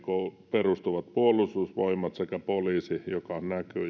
perustuvat puolustusvoimat sekä poliisi joka näkyy ja on lähellä